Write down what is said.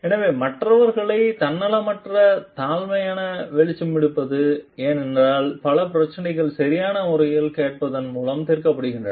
எனவே மற்றவர்களை தன்னலமற்ற தாழ்மையான செவிமடுப்பது ஏனெனில் பல பிரச்சினைகள் சரியான முறையில் கேட்பதன் மூலம் தீர்க்கப்படுகின்றன